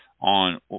on